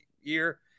year